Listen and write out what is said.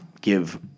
give